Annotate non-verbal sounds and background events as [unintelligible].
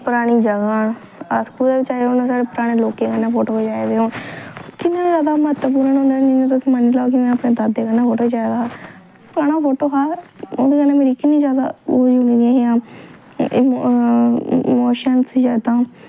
परानी जगह् न अस कुतै बी जाचै उ'नें साढ़े पराने लोकें कन्नै फोटो खचाए दे हून किन्ने ज्याद म्हत्तवपूर्ण होने ओह् तुस मन्नी लेऔ कि में अपने दादे कन्नै फोटो खचाए दा हा पराना फोटो हा [unintelligible] इमोशंस यादां